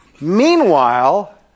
Meanwhile